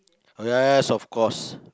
yes of course